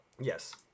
Yes